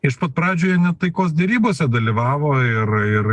iš pat pradžių jie net taikos derybose dalyvavo ir ir